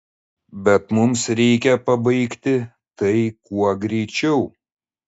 bet mums reikia pabaigti tai kuo greičiau